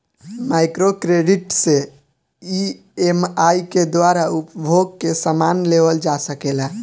micro credit से EMI के द्वारा उपभोग के समान लेवल जा सकेला